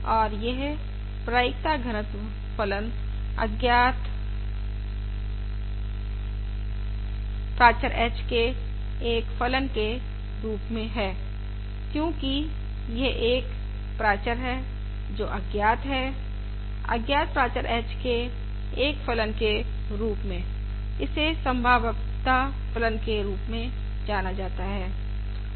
और यह प्रायिकता घनत्व फलन अज्ञात प्राचर h के एक फलन के रूप में है क्योंकि यह एक प्राचरहै जो अज्ञात है अज्ञात प्राचर h के एक फलन के रूप में इसे संभाव्यता फलन के रूप में जाना जाता है